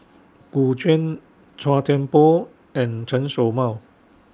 Gu Juan Chua Thian Poh and Chen Show Mao